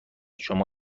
شما